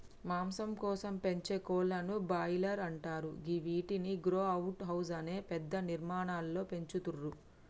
మాంసం కోసం పెంచే కోళ్లను బ్రాయిలర్స్ అంటరు గివ్విటిని గ్రో అవుట్ హౌస్ అనే పెద్ద నిర్మాణాలలో పెంచుతుర్రు